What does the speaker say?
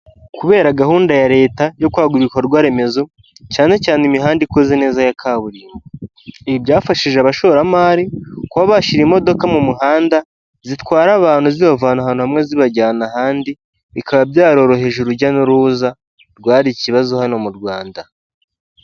Kubera gahunda ya leta yo kwagura ibikorwa remezo cyane cyane imihanda ikoze neza ya kaburimbo, ibi byafashije abashoramari kuba bashyira imodoka mu muhanda zitwara abantu zibavana ahantu hamwe zibajyana ahandi, bikaba byaroroheje urujya n'uruza rwari ikibazo hano mu Rwanda.